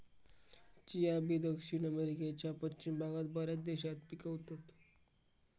chia बी दक्षिण अमेरिकेच्या पश्चिम भागात बऱ्याच देशात पिकवतत